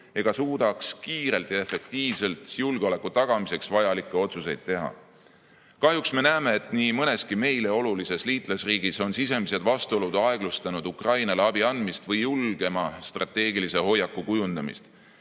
ega suudaks kiirelt ja efektiivselt julgeoleku tagamiseks vajalikke otsuseid teha. Kahjuks me näeme, et nii mõneski meile olulises liitlasriigis on sisemised vastuolud aeglustanud Ukrainale abi andmist või julgema strateegilise hoiaku kujundamist.